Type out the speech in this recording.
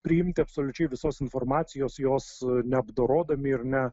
priimti absoliučiai visos informacijos jos neapdorodami ir ne